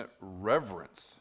reverence